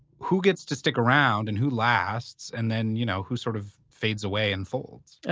who gets to stick around? and who lasts? and then, you know, who sort of fades away and folds?